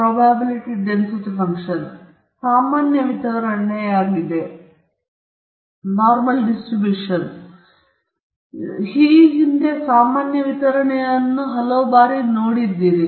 ಇದು ಸಾಮಾನ್ಯ ವಿತರಣೆಯಾಗಿದೆ ನೀವು ಹಿಂದೆ ಈ ಸಾಮಾನ್ಯ ವಿತರಣೆಯನ್ನು ಹಲವು ಬಾರಿ ಕಾಣಬಹುದಾಗಿದೆ